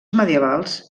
medievals